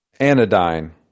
anodyne